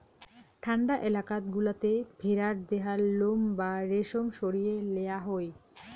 ঠান্ডা এলাকাত গুলাতে ভেড়ার দেহার লোম বা রেশম সরিয়ে লেয়া হই